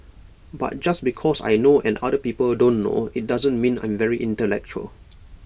but just because I know and other people don't know IT doesn't mean I'm very intellectual